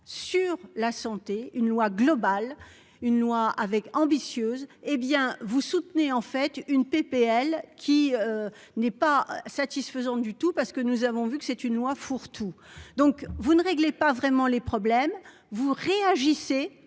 sur la santé. Une loi globale une loi avec ambitieuse. Hé bien vous soutenez en fait une PPL qui. N'est pas satisfaisante du tout parce que nous avons vu que c'est une loi fourre-tout. Donc vous ne réglez pas vraiment les problèmes, vous réagissez